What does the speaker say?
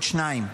עוד שניים,